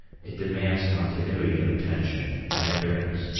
it demands continuity of attention and endurance.